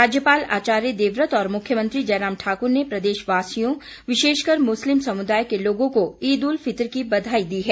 राज्यपाल आचार्य देवव्रत और मुख्यमंत्री जयराम ठाकुर ने प्रदेश वासियों विशेषकर मुस्लिम समुदाय के लोगों को ईद उल फितर की बधाई दी है